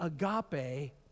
agape